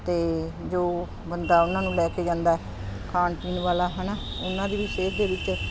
ਅਤੇ ਜੋ ਬੰਦਾ ਉਹਨਾਂ ਨੂੰ ਲੈ ਕੇ ਜਾਂਦਾ ਖਾਣ ਪੀਣ ਵਾਲਾ ਹੈ ਨਾ ਉਹਨਾਂ ਦੀ ਵੀ ਸਿਹਤ ਦੇ ਵਿੱਚ